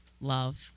love